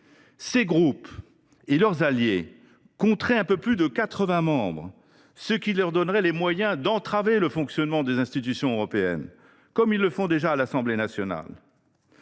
ces groupes et leurs alliés compteraient un peu plus de 80 membres, ce qui leur donnerait les moyens d’entraver le fonctionnement des institutions européennes, comme ils le font déjà à l’Assemblée nationale.